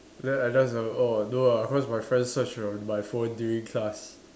then I just like oh no ah cause my friend search my phone during class